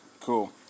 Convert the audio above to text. Cool